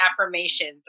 affirmations